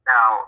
Now